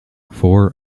four